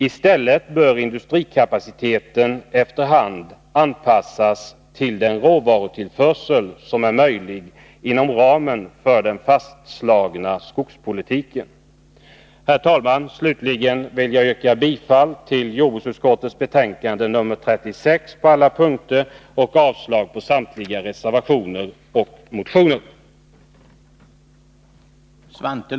I stället bör industrikapaciteten efter hand anpassas till den råvarutillförsel som är möjlig inom ramen för den fastslagna skogspolitiken. Herr talman! Slutligen yrkar jag bifall till hemställan i jordbruksutskottets betänkande nr 36 på alla punkter samt avslag på samtliga reservationer och motioner som det yrkats bifall till.